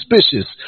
suspicious